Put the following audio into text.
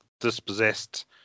dispossessed